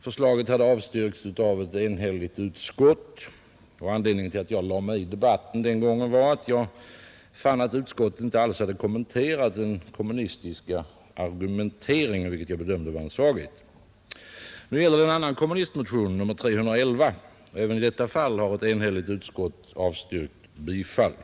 Förslaget hade avstyrkts av ett enhälligt utskott, och anledningen till att jag lade mig i den debatten var att utskottet inte alls hade kommenterat den kommunistiska argumenteringen, vilket jag bedömde vara en svaghet. Nu gäller det en annan kommunistmotion, nämligen nr 311. Även i detta fall har ett enhälligt utskott avstyrkt bifall.